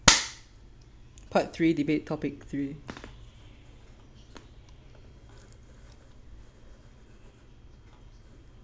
part three debate topic three